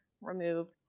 remove